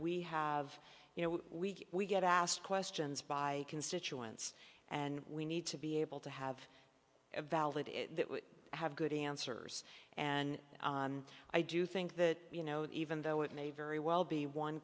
we have you know we get we get asked questions by constituents and we need to be able to have a valid is that we have good answers and i do think that you know even though it may very well be one